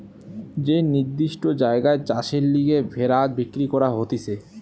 যে নির্দিষ্ট জায়গায় চাষের লিগে ভেড়া বিক্রি করা হতিছে